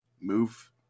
move